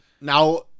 Now